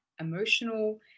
emotional